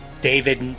David